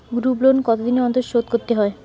Group loan কতদিন অন্তর শোধকরতে হয়?